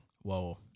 Whoa